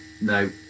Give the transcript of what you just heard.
No